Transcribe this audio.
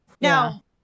Now